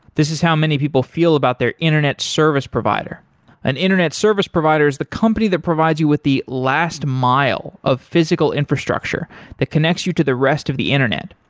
this is how many people feel about their internet service provider an internet service provider is the company that provides you with the last mile of physical infrastructure that connects you to the rest of the internet.